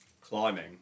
climbing